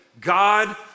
God